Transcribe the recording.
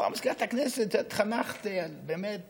מזכירת הכנסת, התחנכת באמת